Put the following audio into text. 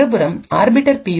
மறுபுறம் orbiter B